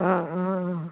অঁ অঁ অঁ